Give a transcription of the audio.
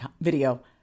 video